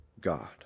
god